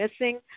missing